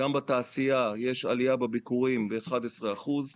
גם בתעשייה יש עלייה של 11 אחוז בביקורים.